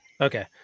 Okay